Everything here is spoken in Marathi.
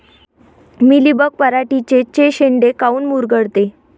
मिलीबग पराटीचे चे शेंडे काऊन मुरगळते?